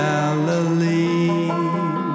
Galilee